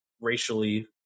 racially